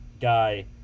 guy